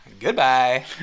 Goodbye